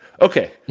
Okay